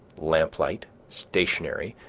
lamplight, stationery,